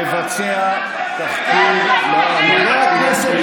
נבצע תחקיר מעמיק ומקיף,